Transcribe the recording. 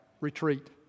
retreat